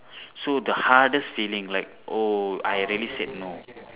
so the hardest feeling like oh I really said no